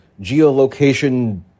geolocation